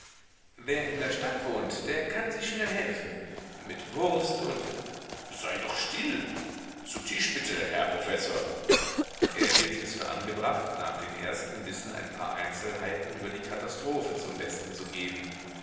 wer in der stadt wohnt der kann sich schnell helfen mit wurst und sei doch still zu tisch bitte herr professor er hielt es für angebracht nach den ersten bissen ein paar einzelheiten über die katastrophe zum besten zu geben